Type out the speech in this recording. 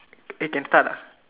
eh can start ah